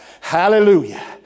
Hallelujah